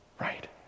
right